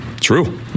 true